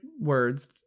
words